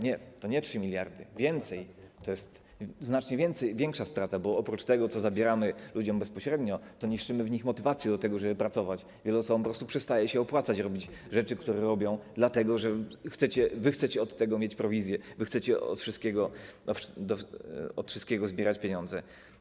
Nie, to nie 3 mld, więcej, to jest znacznie większa strata, bo oprócz tego, co zabieramy ludziom bezpośrednio, niszczymy w nich motywację do tego, żeby pracować, wielu osobom po prostu przestaje się opłacać robić rzeczy, które robią, dlatego że wy chcecie od tego mieć prowizję, wy chcecie od wszystkiego zbierać pieniądze.